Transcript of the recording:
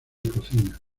cocina